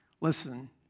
Listen